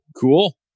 Cool